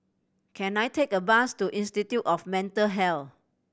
can I take a bus to Institute of Mental Health